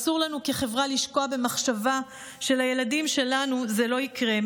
אסור לנו כחברה לשקוע במחשבה שלילדים שלנו זה לא יקרה.